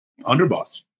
Underboss